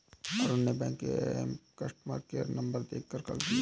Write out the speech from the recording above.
अरुण ने बैंक के app customer care number देखकर कॉल किया